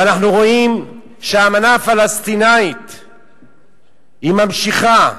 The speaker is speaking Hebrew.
ואנחנו רואים שהאמנה הפלסטינית ממשיכה,